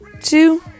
two